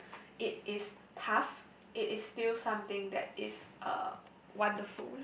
it is tough it is still something that is uh wonderful